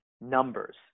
numbers